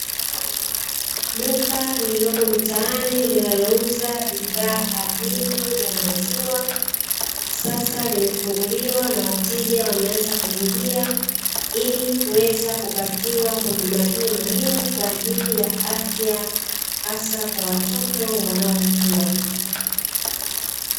Duka lililopo mtaani linalouza bidhaa adimu ya maziwa, sasa limefunguliwa na wateja wameanza kuingia ili kuweza kupatiwa huduma hii muhimu kwa ajili ya afya hasa kwa watoto wanaokua.